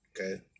okay